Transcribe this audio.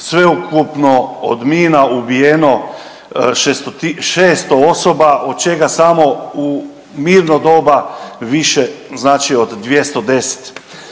sveukupno od mina ubijeno 600 osoba od čega samo u mirno doba više znači od 210.